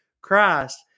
christ